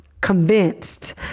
convinced